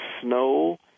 snow